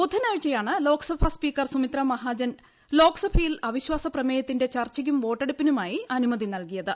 ബുധനാഴ്ചയാണ് ലോക്സഭാ സ്പീക്കർ സുമിത്രാ മഹാജൻ ലോക്സഭയിൽ അവിശ്വാസപ്രമേയത്തിന്റെ ചർച്ചയ്ക്കും വോട്ടെടുപ്പിനുമായി അനുമതി നൽകിയത്